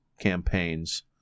campaigns